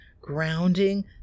grounding